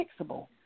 fixable